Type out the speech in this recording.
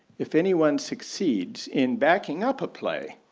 if anyone succeeds in backing up a play,